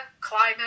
climate